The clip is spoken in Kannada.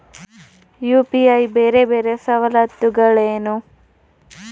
ಯು.ಪಿ.ಐ ಬೇರೆ ಬೇರೆ ಸವಲತ್ತುಗಳೇನು?